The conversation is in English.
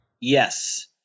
Yes